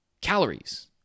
Calories